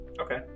Okay